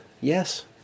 yes